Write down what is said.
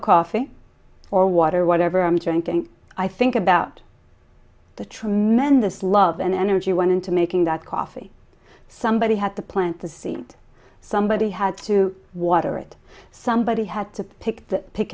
of coffee or water or whatever i'm drinking i think about the tremendous love and energy went into making that coffee somebody had to plant the seed and somebody had to water it somebody had to pick pick